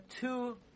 two